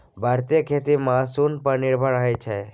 भारतीय खेती मानसून पर निर्भर रहइ छै